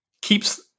keeps